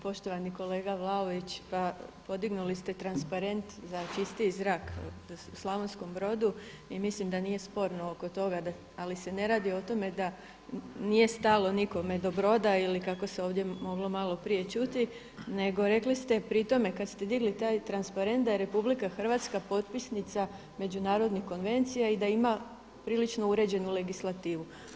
Poštovani kolega Vlaović, podignuli ste transparent za čistiji zrak u Slavonskom Brodu i mislim da nije sporno oko toga ali se ne radi o tome da nije stalo nikome do Broda ili kako se ovdje moglo malo prije čuti nego rekli ste pri tome kada ste digli taj transparent da je RH potpisnica međunarodnih konvencija i da ima prilično uređenu legislativu.